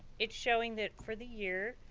it's showing that for the year,